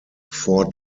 four